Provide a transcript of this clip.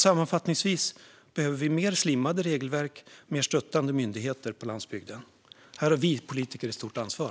Sammanfattningsvis behöver vi mer slimmade regelverk och mer stöttande myndigheter på landsbygden. Här har vi politiker ett stort ansvar.